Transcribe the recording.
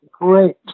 great